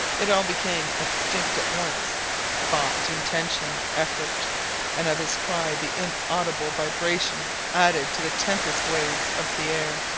it all became extinct at once thought, intention, effort and of his cry the inaudible vibration added to the tempest waves of the air.